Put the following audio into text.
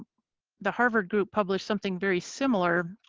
the harvard group published something very similar.